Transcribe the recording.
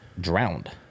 Drowned